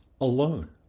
alone